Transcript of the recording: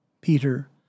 Peter